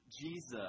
Jesus